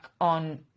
on